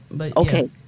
Okay